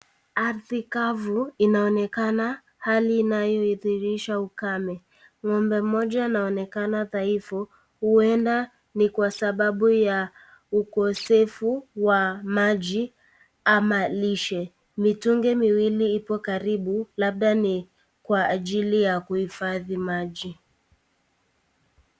Ardhi kavu inaonekana, hali inayodhihirisha ukame. Ngombe mmoja anaonekana dhaifu huenda ni kwa sababu ya ukosefu wa maji ama lishe. Mitungi miwili ipo karibu labda ni kwa ajili ya kuhifadhi maji.